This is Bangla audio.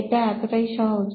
এটা এতটাই সহজ